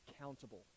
accountable